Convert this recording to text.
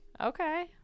Okay